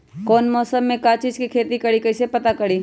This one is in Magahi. कौन मौसम में का चीज़ के खेती करी कईसे पता करी?